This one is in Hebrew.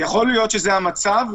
יכול להיות שזה המצב,